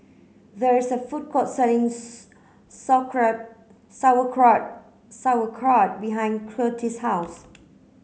there is a food court selling Sauerkraut Sauerkraut Sauerkraut behind Curtiss' house